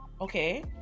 okay